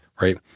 Right